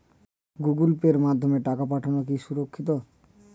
Google pay মাধ্যমে টাকা পাঠানোকে সুরক্ষিত?